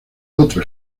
otro